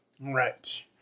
Right